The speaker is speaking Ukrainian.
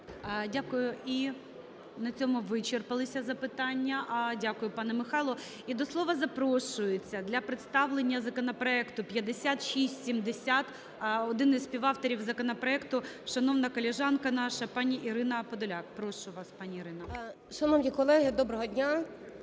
Дякую. І на цьому вичерпалися запитання. Дякую, пане Михайло. І до слова запрошується для представлення законопроекту 5670 один із співавторів законопроекту, шановна колежанка наша пані Ірина Подоляк. Прошу вас пані Ірино. 12:54:30 ПОДОЛЯК І.І. Шановні колеги, доброго дня!